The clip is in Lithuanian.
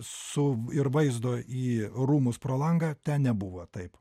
su ir vaizdo į rūmus pro langą ten nebuvo taip